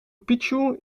picchu